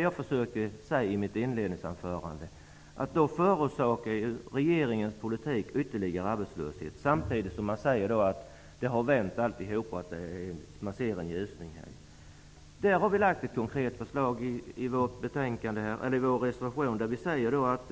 Jag försökte säga i mitt inledningsanförande att regeringens politik därmed förorsakar ytterligare arbetslöshet, samtidigt som man säger att allt har vänt och att man ser en ljusning. I detta avseende har vi lagt fram ett konkret förslag i vår reservation. Vi säger att